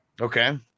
Okay